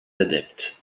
adeptes